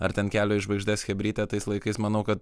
ar ten kelio į žvaigždes chebrytė tais laikais manau kad